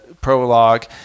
prologue